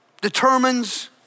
determines